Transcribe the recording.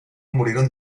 murieron